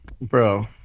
Bro